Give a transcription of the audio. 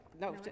no